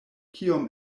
kiom